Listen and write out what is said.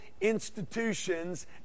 institutions